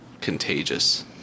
contagious